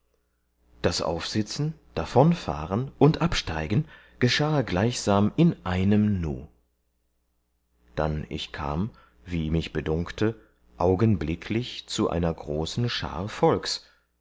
das aufsitzen davonfahren und absteigen geschahe gleichsam in einem nu dann ich kam wie mich bedunkte augenblicklich zu einer großen schar volks